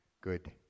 good